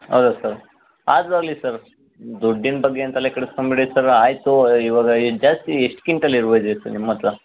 ಹೌದ ಸರ್ ಆದರು ಅಲ್ಲಿ ಸರ್ ದುಡ್ಡಿನ ಬಗ್ಗೆ ಏನು ತಲೆ ಕೇಡಿಸ್ಕೋಳ್ಬೇಡಿ ಸರ್ ಆಯಿತ ಇವಾಗ ಜಾಸ್ತಿ ಎಷ್ಟು ಕ್ವಿಂಟಲ್ ಇರ್ಬೋದು ಸರ್ ನಿಮ್ಮತ್ತಿರ